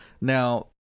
Now